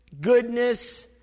goodness